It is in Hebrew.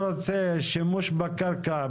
אתה רוצה שימוש בקרקע,